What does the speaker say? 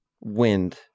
Wind